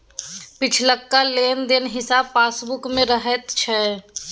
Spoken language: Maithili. पिछुलका लेन देनक हिसाब पासबुक मे रहैत छै